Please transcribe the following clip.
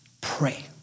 Pray